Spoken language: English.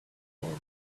work